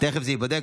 תכף זה ייבדק.